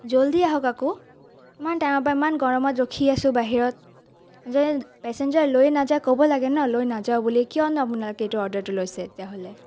জল্ডি আহক আকৌ ইমান টাইমৰ পৰা ইমান গৰমত ৰখি আছোঁ বাহিৰত যে পেছেঞ্জাৰ লৈ নাযায় ক'ব লাগে ন লৈ নাযাওঁ বুলি কিয়নো আপোনালোকে এইটো অৰ্ডাৰটো লৈছে তেতিয়াহ'লে